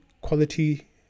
quality